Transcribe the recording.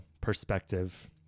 perspective